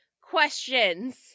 questions